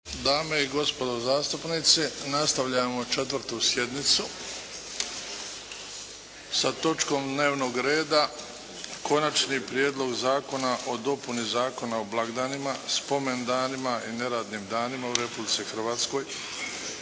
dame i gospodo zastupnici, nastavljamo 4 sjednicu, sa točkom dnevnog reda -Konačni prijedlog Zakona o dopuni Zakona o blagdanima, spomendanima i neradnim danima u Republici Hrvatskoj,